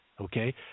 okay